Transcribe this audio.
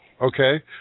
Okay